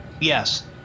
Yes